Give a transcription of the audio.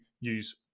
use